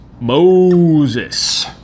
Moses